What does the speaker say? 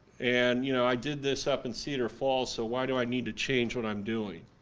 and you know, i did this up in cedar falls so why do i need to change what i'm doing.